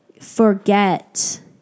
forget